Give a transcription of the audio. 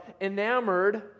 enamored